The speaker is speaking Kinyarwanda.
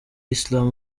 islam